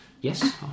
Yes